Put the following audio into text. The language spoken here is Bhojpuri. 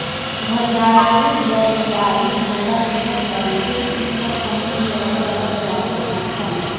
घड़ियाल, दरियाई घोड़ा, मेंढक डालफिन इ सब समुंद्र में रहे वाला प्रजाति हवन सन